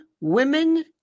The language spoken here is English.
women